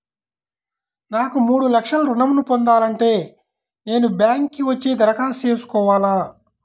నాకు మూడు లక్షలు ఋణం ను పొందాలంటే నేను బ్యాంక్కి వచ్చి దరఖాస్తు చేసుకోవాలా?